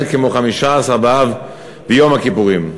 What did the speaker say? כמו חמישה-עשר באב ויום הכיפורים.